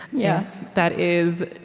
yeah that is,